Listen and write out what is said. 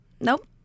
nope